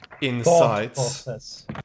insights